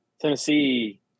Tennessee